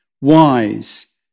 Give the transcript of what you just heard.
wise